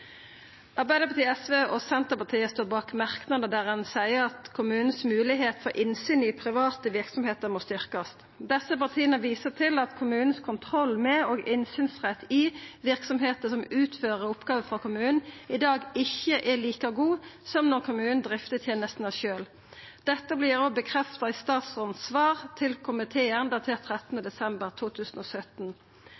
Arbeidarpartiet, SV og Senterpartiet står bak merknader der ein seier at ein må styrkja kommunens moglegheit for innsyn i private verksemder. Desse partia viser til at kommunens kontroll med og innsynsrett i verksemder som utfører oppgåver for kommunen, i dag ikkje er like god som når kommunen driftar tenestene sjølv. Dette vert bekrefta i statsrådens svar til komiteen, datert 13. desember 2017. Statsråden viser i svarbrevet til